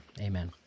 amen